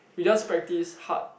you just practise hard